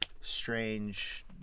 strange